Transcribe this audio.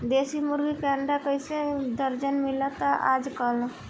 देशी मुर्गी के अंडा कइसे दर्जन मिलत बा आज कल?